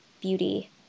beauty